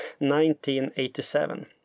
1987